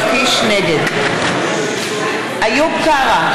נגד איוב קרא,